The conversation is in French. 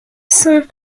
sont